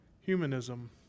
humanism